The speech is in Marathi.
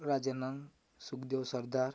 राजानन सुकदेव सरदार